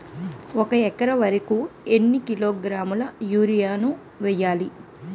ఒక ఎకర వరి కు ఎన్ని కిలోగ్రాముల యూరియా వెయ్యాలి?